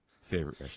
favorite